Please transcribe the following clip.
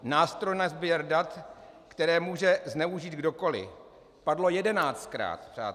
Nástroj na sběr dat, která může zneužít kdokoliv padlo jedenáctkrát, přátelé.